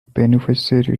beneficiary